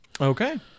Okay